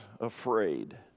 afraid